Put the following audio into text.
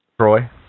Troy